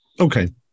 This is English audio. Okay